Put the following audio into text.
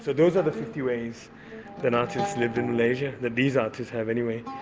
so those are the fifty ways an artist lived in malaysia that these artists have, anyway.